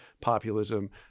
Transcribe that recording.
populism